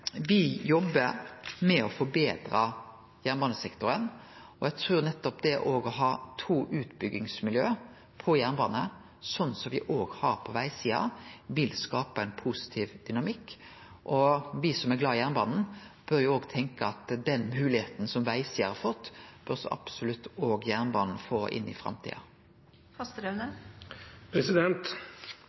jobbar med å forbetre jernbanesektoren, og eg trur nettopp det å ha to utbyggingsmiljø for jernbane, sånn som me òg har på vegsida, vil skape ein positiv dynamikk. Me som er glade i jernbanen, bør òg tenkje at den moglegheita ein har fått på vegsida, bør så absolutt òg jernbanen få inn i framtida.